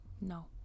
No